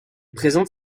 présente